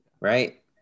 right